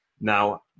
Now